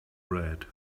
red